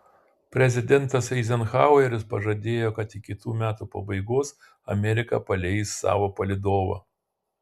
prezidentas eizenhaueris pažadėjo kad iki metų pabaigos amerika paleis savo palydovą